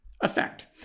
effect